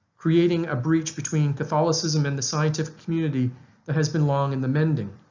creating a breach between catholicism and the scientific community that has been long in the mending.